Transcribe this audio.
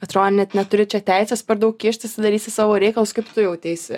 atrodo net neturi čia teisės per daug kištis sudarysi savo reikalus kaip tu jauteisi